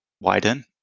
widen